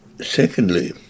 secondly